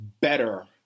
better